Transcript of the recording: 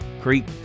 Creek